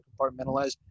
compartmentalize